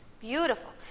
Beautiful